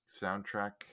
soundtrack